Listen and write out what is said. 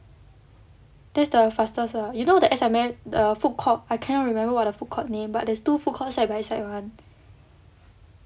that's the fastest ah you know the S_I_M the food court I cannot remember what the food court name but there's two foodcourt side by side [one]